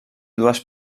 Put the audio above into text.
dues